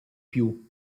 più